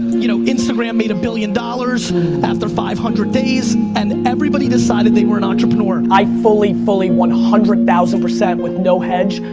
you know instagram made a billion dollars after five hundred days, and everybody decided they were an entrepreneur. i fully, fully one hundred thousand per cent with no hedge,